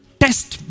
test